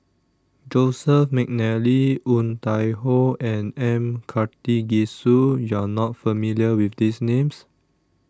Joseph Mcnally Woon Tai Ho and M Karthigesu YOU Are not familiar with These Names